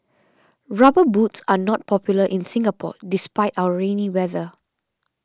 rubber boots are not popular in Singapore despite our rainy weather